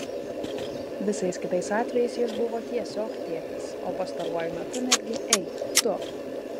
visais kitais atvejais jis buvo tiesiog tėtis o pastaruoju metu netgi ei tu